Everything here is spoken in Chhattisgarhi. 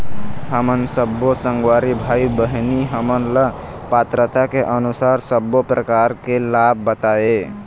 हमन सब्बो संगवारी भाई बहिनी हमन ला पात्रता के अनुसार सब्बो प्रकार के लाभ बताए?